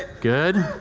good.